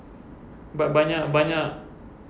but banyak banyak